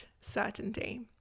certainty